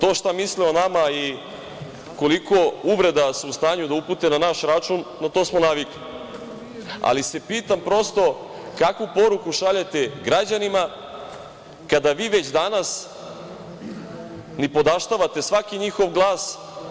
To šta misle o nama i koliko uvreda su u stanju da upute na naš račun, na to smo navikli, ali se pitam prosto kakvu poruku šaljete građanima kada vi već danas nipodaštavate svaki njihov glas?